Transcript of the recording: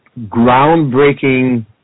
groundbreaking